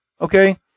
Okay